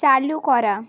চালু করা